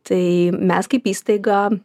tai mes kaip įstaiga